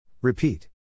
Repeat